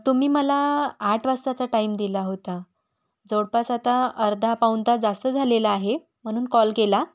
तुम्ही मला आठ वाजताचा टाईम दिला होता जवळपास आता अर्धा पाऊण तास जास्त झालेला आहे म्हणून कॉल केला